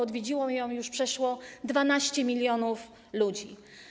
Odwiedziło ją już przeszło 12 mln ludzi.